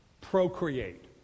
procreate